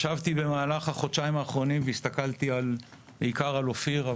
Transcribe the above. ישבתי במהלך החודשיים האחרונים והסתכלתי בעיקר על אופיר,